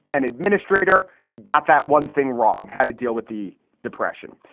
and administrator got that one thing wrong. how to deal with the depression.